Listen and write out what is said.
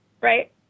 Right